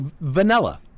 vanilla